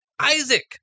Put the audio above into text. Isaac